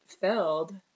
filled